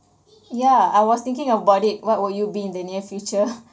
ya I was thinking about it what will you be in the near future